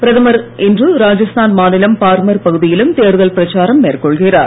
பிரதமர் இன்று ராஜஸ்தான் மாநிலம் பார்மர் பகுதியிலும் தேர்தல் பிரச்சாரம் மேற்கொள்கிறார்